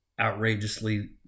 outrageously